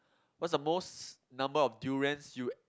what's the most number of durians you